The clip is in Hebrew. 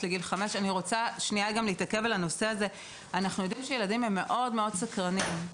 לגיל 5. אנחנו יודעים שילדים סקרניים מאוד-מאוד,